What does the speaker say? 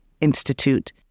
Institute